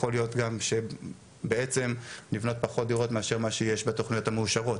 יכול להיות גם שבעצם נבנות פחות דירות מאשר מה שיש בתוכניות המאושרות,